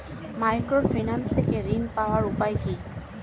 Microfinance থেকে ঋণ পাওয়ার উপায় কি?